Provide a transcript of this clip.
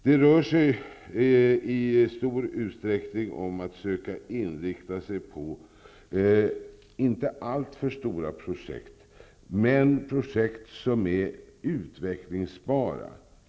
Det rör sig i stor utsträckning om att söka inrikta sig på inte alltför stora projekt men projekt som är utvecklingsbara.